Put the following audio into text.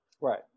Right